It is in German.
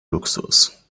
luxus